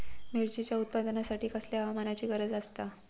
मिरचीच्या उत्पादनासाठी कसल्या हवामानाची गरज आसता?